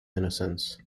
innocence